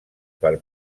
per